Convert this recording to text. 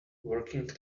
working